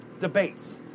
debates